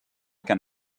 can